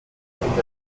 kinder